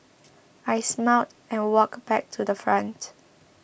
I smiled and walked back to the front